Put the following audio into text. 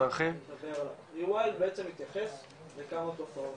התהליך בעצם מתייחס לכמה תופעות,